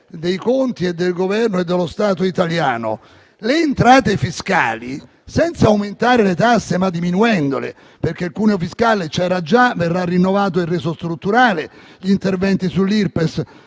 dei conti del Governo e dello Stato italiano; le entrate fiscali, senza aumentare le tasse, ma diminuendole (perché il cuneo fiscale, che c'era già, verrà rinnovato e reso strutturale, e gli interventi in